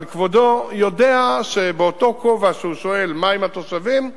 אבל כבודו יודע שבאותו כובע שהוא שואל מה עם התושבים,